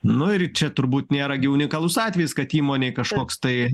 nu ir čia turbūt nėra gi unikalus atvejis kad įmonėj kažkoks tai